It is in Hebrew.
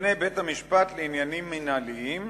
בפני בית-המשפט לעניינים מינהליים,